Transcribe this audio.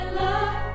love